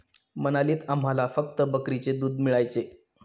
मनालीत आम्हाला फक्त बकरीचे दूध मिळायचे